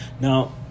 Now